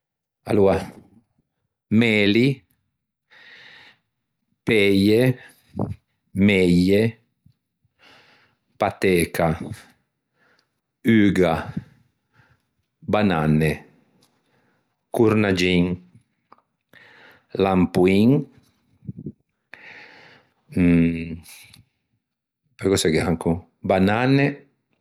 Aloa: meli, peie, meie, pateca, uga, bananne, cornaggin, lampoin, mmmh, peu cöse gh'é ancon, bannane.